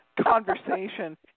conversation